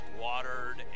watered